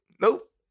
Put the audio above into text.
Nope